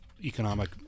economic